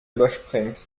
überspringt